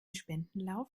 spendenlauf